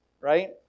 right